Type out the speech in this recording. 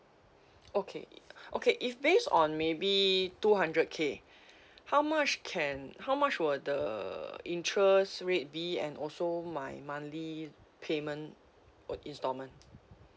okay okay if based on maybe two hundred K how much can how much will the interest rate be and also my monthly payment or installment